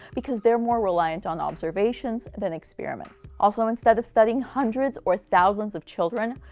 because they're more reliant on observations than experiments. also, instead of studying hundreds or thousands of children,